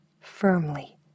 firmly